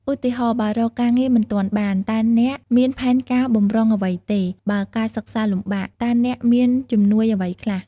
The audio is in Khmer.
ឧទាហរណ៍ បើរកការងារមិនទាន់បាន តើអ្នកមានផែនការបម្រុងអ្វីទេ? បើការសិក្សាលំបាក តើអ្នកមានជំនួយអ្វីខ្លះ?